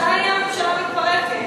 מתי הממשלה מתפרקת?